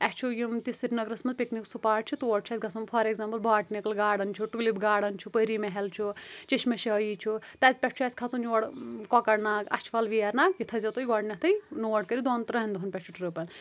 اسہِ چھُ یِم تہِ سریٖنگرَس منٛز پِکنِک سپاٹ چھِ تور چھ اسہِ گَژُھن فار ایگزامپٕل باٹنِکَل گاڈَن چھُ ٹوٗلِپ گاڈَن چھُ پٕری محل چھُ چشماشاہی چھُ تَتہِ پٮ۪ٹھ چھُ اسہِ کَھژُن یور کۄکرناگ اَچھوَل ویرناگ یہِ تھٲے زٮ۪و تُہُۍ گۄڈنٮ۪تھے نوٹ کٔرِتھ دون ترٛین دۄہَن پٮ۪ٹھ چھِ ٹرِپَن